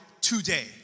today